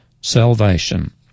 salvation